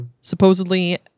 Supposedly